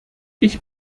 ich